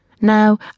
Now